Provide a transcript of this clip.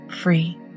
free